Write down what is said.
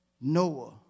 Noah